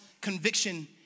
conviction